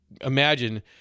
imagine